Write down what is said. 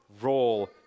role